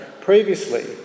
Previously